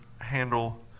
handle